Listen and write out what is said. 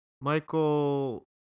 Michael